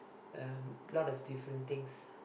a lot of different things